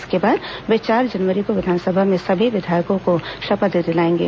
इसके बाद वे चार जनवरी को विधानसभा में सभी विधायकों को शपथ दिलाएंगे